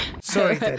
Sorry